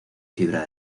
fibra